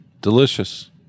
Delicious